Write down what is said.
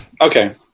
Okay